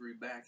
back